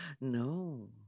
No